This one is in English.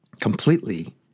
completely